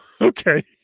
okay